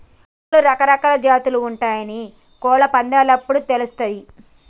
కోడ్లలో రకరకాలా జాతులు ఉంటయాని కోళ్ళ పందేలప్పుడు తెలుస్తది